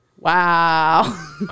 Wow